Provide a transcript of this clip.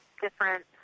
different